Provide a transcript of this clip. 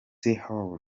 heard